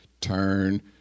turn